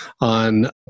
on